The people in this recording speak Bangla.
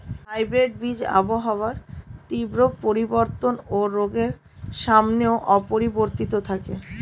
হাইব্রিড বীজ আবহাওয়ার তীব্র পরিবর্তন ও রোগের সামনেও অপরিবর্তিত থাকে